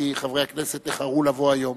כי חברי הכנסת איחרו לבוא היום